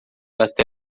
até